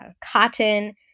cotton